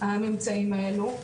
הממצאים האלו,